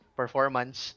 performance